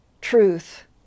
Truth